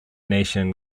nation